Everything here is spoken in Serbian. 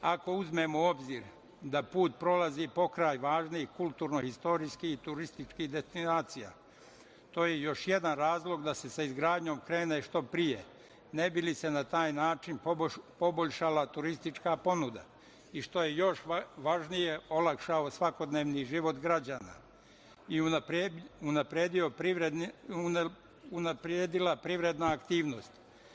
Ako uzmemo u obzir da put prolazi pokraj važnih kulturnoistorijskih turističkih destinacija, to je još jedan razlog da se sa izgradnjom krene što pre, ne bi li se na taj način poboljšala turistička ponuda i što je još važnije – olakšao svakodnevni život građana i unapredila privredna aktivnost.